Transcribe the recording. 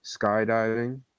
skydiving